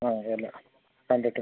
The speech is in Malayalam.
ആ എല്ലാം കണ്ടിട്ട്